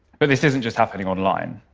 but this isn't just happening online.